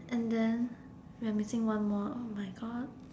and then we are missing one more oh my god